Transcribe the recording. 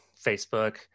Facebook